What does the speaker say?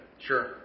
Sure